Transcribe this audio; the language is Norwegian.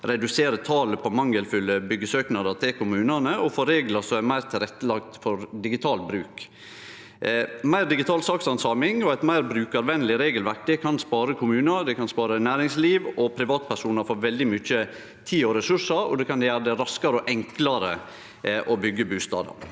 redusere talet på mangelfulle byggjesøknader til kommunane og få reglar som er meir tilrettelagde for digital bruk. Meir digital sakshandsaming og eit meir brukarvenleg regelverk kan spare kommunar, næringsliv og privatpersonar for veldig mykje tid og ressursar, og det kan gjere det raskare og enklare å byggje bustader.